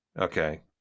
Okay